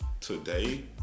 today